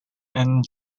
and